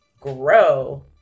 grow